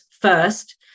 First